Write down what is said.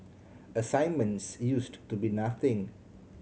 assignments used to be nothing